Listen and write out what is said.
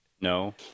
No